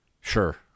Sure